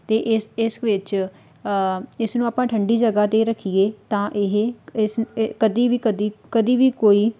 ਅਤੇ ਇਸ ਇਸ ਵਿੱਚ ਇਸ ਨੂੰ ਆਪਾਂ ਠੰਡੀ ਜਗ੍ਹਾ 'ਤੇ ਰੱਖੀਏ ਤਾਂ ਇਹ ਇਸ ਇਹ ਕਦੀ ਵੀ ਕਦੀ ਕਦੀ ਵੀ ਕੋਈ